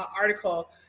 article